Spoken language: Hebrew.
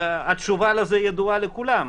התשובה לזה ידועה לכולם.